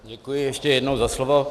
Děkuji ještě jednou za slovo.